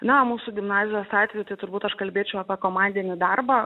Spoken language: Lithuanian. na mūsų gimnazijos atveju tai turbūt aš kalbėčiau apie komandinį darbą